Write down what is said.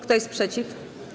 Kto jest przeciw?